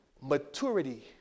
maturity